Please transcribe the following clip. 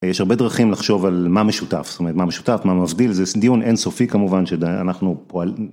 יש הרבה דרכים לחשוב על מה משותף, זאת אומרת, מה משותף, מה מבדיל, זה דיון אינסופי כמובן שאנחנו פועלים